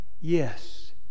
Yes